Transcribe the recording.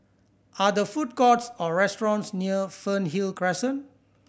are there food courts or restaurants near Fernhill Crescent